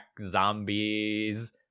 Zombies